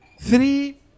three